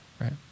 right